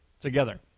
together